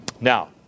Now